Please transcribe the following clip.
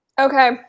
Okay